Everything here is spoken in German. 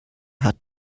hat